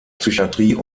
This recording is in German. psychiatrie